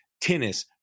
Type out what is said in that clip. Tennis